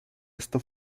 esto